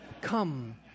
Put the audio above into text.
Come